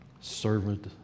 servant